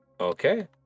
Okay